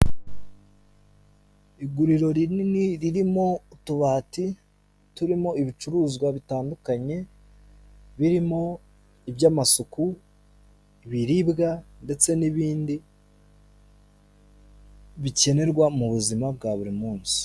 Iguriro rinini ririmo utubati turimo ibicuruzwa bitandukanye birimo iby'amasuku, Ibiribwa ndetse n'ibindi bikenerwa mu buzima bwa buri munsi.